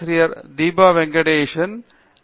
பேராசிரியர் தீபா வெங்கடேஷ் நன்றி மிக நன்றி